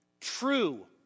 true